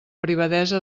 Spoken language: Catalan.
privadesa